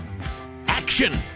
action